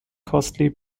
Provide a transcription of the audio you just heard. costly